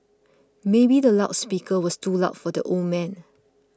maybe the loud speaker was too loud for the old man